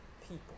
people